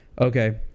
okay